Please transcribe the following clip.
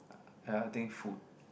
ya I think food